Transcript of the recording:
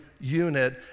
unit